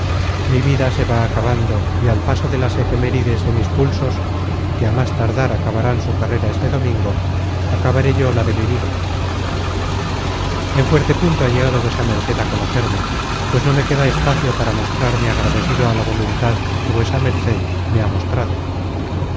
mi vida se va acabando y al paso de las efemérides de mis pulsos que á más tardar acabarán su carrera este domingo acabaré yo la de mi vida en fuerte punto ha llegado vuesa merced a conocerme pues no me queda espacio para mostrarme agradecido á la voluntad que vuesa merced me ha mostrado